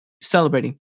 celebrating